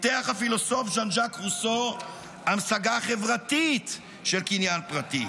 הפילוסוף ז'אן ז'אק רוסו פיתח המשגה חברתית של קניין פרטי.